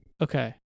Okay